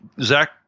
Zach